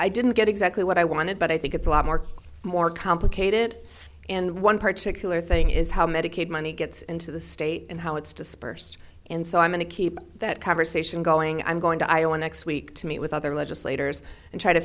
i didn't get exactly what i wanted but i think it's a lot more more complicated and one particular thing is how medicaid money gets into the state and how it's dispersed and so i'm going to keep that conversation going i'm going to iowa next week to meet with other legislators and try to